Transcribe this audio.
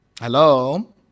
Hello